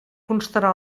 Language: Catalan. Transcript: constarà